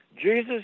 Jesus